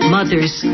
Mothers